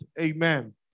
Amen